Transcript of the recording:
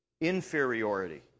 inferiority